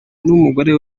n’umugore